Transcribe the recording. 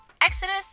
Exodus